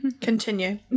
continue